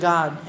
God